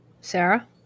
Sarah